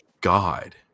God